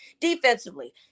Defensively